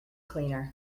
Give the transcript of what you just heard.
cleaner